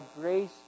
grace